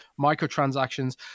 microtransactions